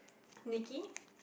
Nikki